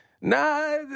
Nah